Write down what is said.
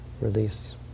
release